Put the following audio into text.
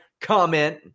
comment